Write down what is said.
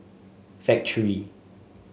Factorie